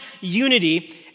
unity